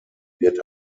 wird